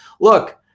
Look